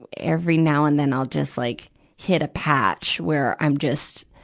every now and then i'll just like hit a patch, where i'm just,